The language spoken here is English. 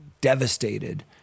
devastated